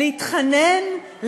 להתחנן,